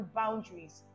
boundaries